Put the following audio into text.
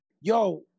yo